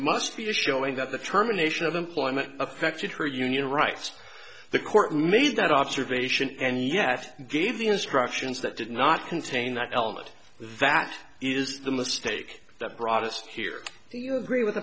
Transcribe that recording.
must be a showing that the term a nation of employment affected her union rights the court made that observation and yet gave the instructions that did not contain that element that is the mistake that brought us here do you agree with